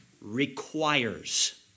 requires